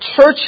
church